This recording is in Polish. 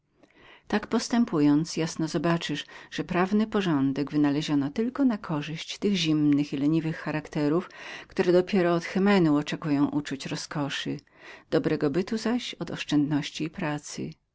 tak postępując jasno obaczysz że prawny porządek wynaleziono tylko na korzyść tych zimnych i leniwych charakterów które dopiero od hymenu oczekują uczuć rozkoszy dobrego bytu zaś od oszczędności i pracy